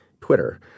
Twitter